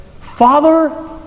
Father